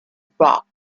brock